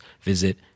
visit